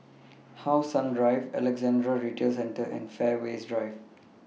How Sun Drive Alexandra Retail Centre and Fairways Drive